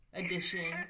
edition